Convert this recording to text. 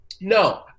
No